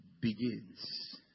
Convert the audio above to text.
begins